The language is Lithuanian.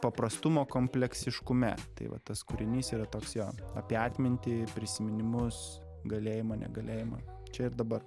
paprastumo kompleksiškume tai va tas kūrinys yra toks jo apie atmintį prisiminimus galėjimą negalėjimą čia ir dabar